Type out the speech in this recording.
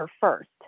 first